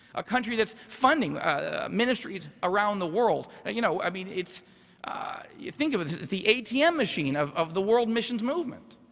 a country that's funding ah ministries around the world. ah you know i mean, you think of as the atm machine of of the world missions movement.